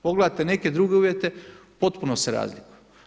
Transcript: Pogledajte neke druge uvjete, potpuno se razliku.